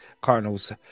Cardinals